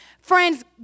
friends